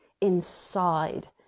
inside